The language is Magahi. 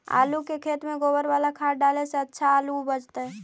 आलु के खेत में गोबर बाला खाद डाले से अच्छा आलु उपजतै?